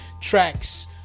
tracks